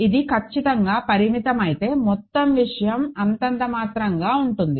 ఇది ఖచ్చితంగా పరిమితమైతే మొత్తం విషయం అంతంతమాత్రంగా ఉంటుంది